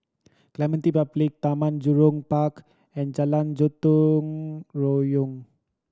Clementi Public Taman Jurong Park and Jalan Gotong Royong